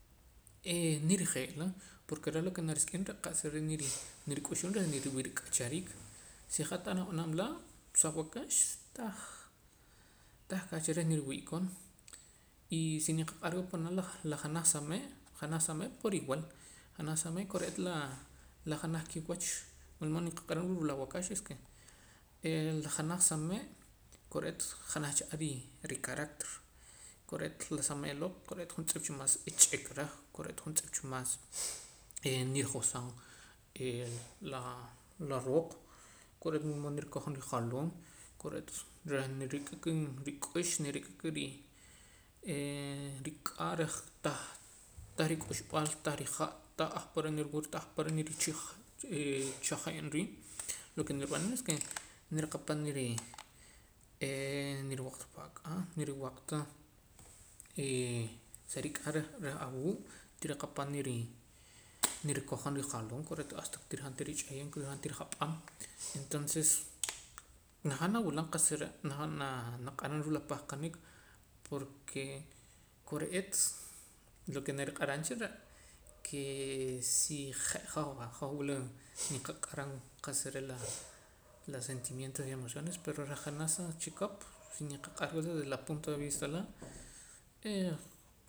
Eh nirijee'la porque lo ke reh narisik'im re' la qa'sa re' nirik'uxum reh riwii' rik'achariik si hat ta nab'anam laa' sa waakax taj tah kaach reh niriwi' koon y si niqaq'ar pana' la janaj sa mee' janaj sa mee' por igual janaj sa mee' kore'eet la la janaj kiwach lo único ke nq'aram ke la sa waakax es ke la janaj sa mee' kore'eet janaj cha ar ri ricarácter kore'eet la sa mee' loo' kore'eet juntz'ep cha mas ich'ik reh kore'eet juntz'ep cha mas nirijohsaam eh la la rooq kore'eet wulmood nirikojom rijaloom kore'eet reh nirik'a k'ih rik'ux nirik'a ri eh rik'aa reh tah tah rik'uxb'aal tah rihaa' tah ahpare' ririwura tah ahpare' richaj eh richa'jeem riib' lo ke rib'an es ke niriqapam niri eh niriwaq ta pa ak'aa niri waq ta hee sa rik'aa reh awuu' tiriqapam tiri nirikojom rijaloom kore'eet hasta tirijaam tirich'eyem tirijaam tirijap'am entonces najaam nawulam qa'sa re' najaam naa naq'aram ruu' la pahqanik porque kore'eet lo ke nariq'aram cha re' ke si je' hoj va hoj wila nqaq'ar qa'sa re' la sentimientos y emociones pero reh janaj sa chikop si niqaq'arwa desde la puntos de vista laa'